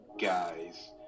guys